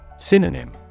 Synonym